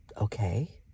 okay